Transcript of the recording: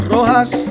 Rojas